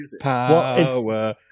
Power